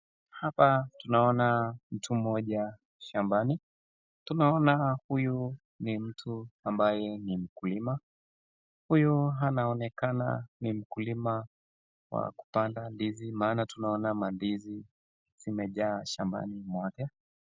Hapa tunaona mtu mmoja shambani, tunaona huyu ni mtu ambaye ni mkulima ,huyu anaonekana ni mkulima wa kupanda ndizi maana tunaona mandizi zimejaa shambani mwake.